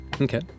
Okay